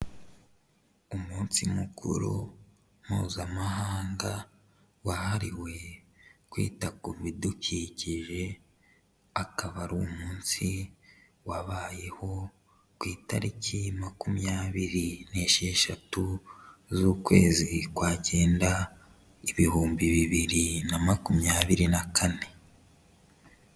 Umunsi mukuru Mpuzamahanga, wahariwe kwita ku bidukikije, akaba ari umunsi wabayeho ku itariki makumyabiri n'esheshatu z'ukwezi kwa cyenda, ibihumbi bibiri na makumyabiri na kane.